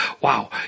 Wow